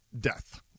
death